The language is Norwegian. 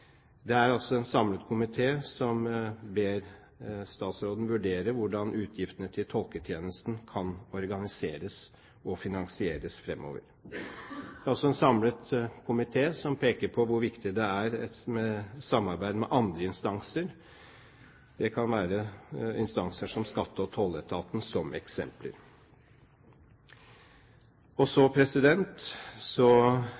Det er altså en samlet komité som ber statsråden vurdere hvordan utgiftene til tolketjenesten kan organiseres og finansieres fremover. Det er også en samlet komité som peker på hvor viktig det er med samarbeid med andre instanser. Det kan være instanser som skatte- og tolletaten som eksempler. Og så